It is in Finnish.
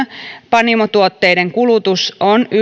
panimotuotteiden kulutus on